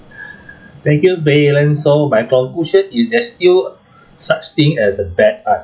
thank you valen so my conclusion is there's still such thing as a bad art